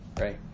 right